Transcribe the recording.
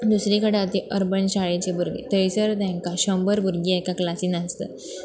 दुसरी कडेन आसा ती अर्बन शाळेची भुरगीं थंयसर तांकां शंबर भुरगीं एका क्लासीन आसतात